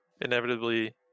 inevitably